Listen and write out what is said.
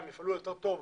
הן יפעלו יותר טוב,